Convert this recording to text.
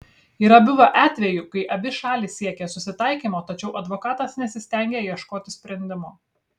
yra buvę atvejų kai abi šalys siekė susitaikymo tačiau advokatas nesistengė ieškoti sprendimo